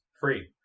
free